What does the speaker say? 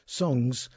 songs